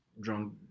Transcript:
drunk